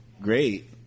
great